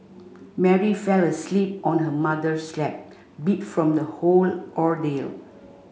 Mary fell asleep on her mother's lap beat from the whole ordeal